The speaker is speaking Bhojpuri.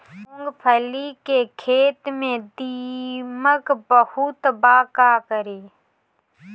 मूंगफली के खेत में दीमक बहुत बा का करी?